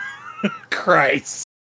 Christ